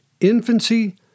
infancy